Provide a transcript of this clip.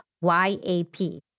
Y-A-P